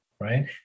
right